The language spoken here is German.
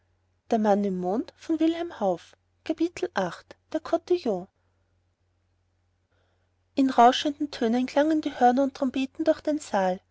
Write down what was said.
kotillon in rauschenden tönen klangen die hörner und trompeten durch den saal